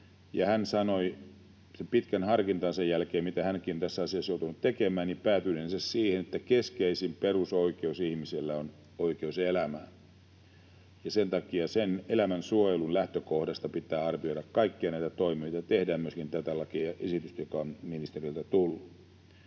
hän sanoi sen pitkän harkintansa jälkeen, mitä hänkin on tässä asiassa joutunut tekemään, päätyneensä siihen, että keskeisin perusoikeus ihmisellä on oikeus elämään ja että sen takia sen elämän suojelun lähtökohdasta pitää arvioida kaikkia näitä toimia, joita tehdään, ja myöskin tätä lakiesitystä, joka on ministeriöltä tullut.